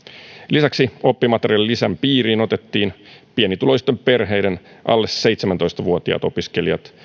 lisäksi oppimateriaalilisän piiriin otettiin pienituloisten perheiden alle seitsemäntoista vuotiaat opiskelijat